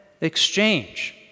exchange